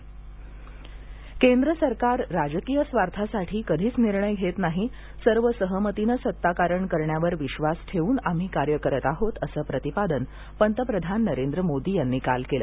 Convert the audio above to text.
मोदी केंद्र सरकार राजकीय स्वार्थासाठी कधीच निर्णय घेत नाही सर्व सहमतीने सत्ताकारण करण्यावर विश्वास ठेऊन आम्ही कार्य करत आहोत असं प्रतिपादन पंतप्रधान नरेंद्र मोदी यांनी काल केलं